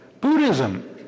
Buddhism